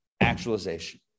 actualization